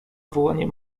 wołanie